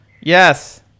Yes